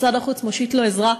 משרד החוץ מושיט לו עזרה.